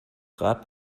rad